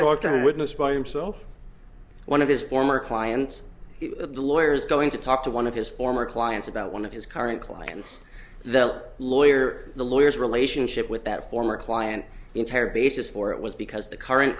walked out and witnessed by himself one of his former clients the lawyer is going to talk to one of his former clients about one of his current clients the lawyer the lawyers relationship with that former client the entire basis for it was because the current